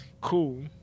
cool